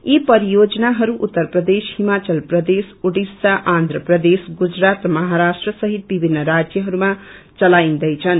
यी परियोजनाहरू एप्रदेश हिमाचल प्रदेश आड़िशा आत्रप्रदेश गुजरात र महाराष्ट्र सहित विभिन्न राज्यहरूमा चलाईनैछनु